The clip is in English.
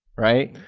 right?